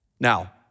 Now